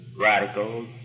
radicals